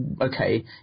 okay